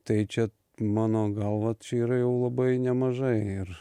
tai čia mano galva čia yra jau labai nemažai ir